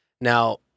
Now